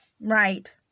right